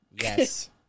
yes